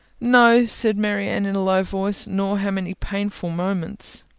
no, said marianne, in a low voice, nor how many painful moments.